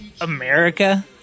America